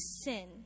sin